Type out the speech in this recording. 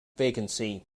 vacancy